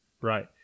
Right